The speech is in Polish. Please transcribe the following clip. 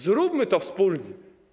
Zróbmy to wspólnie.